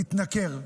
ומתנכר,